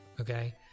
Okay